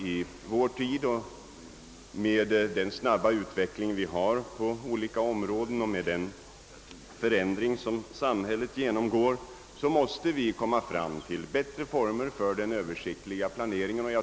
I vår tid, med den snabba utvecklingen på olika områden och med den förändring som samhället genomgår, måste vi finna bättre former för den översiktliga planeringen.